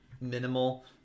minimal